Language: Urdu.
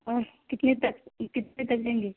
اور کتنے تک کتنے تک لیں گے